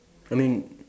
I mean